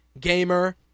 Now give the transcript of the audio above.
gamer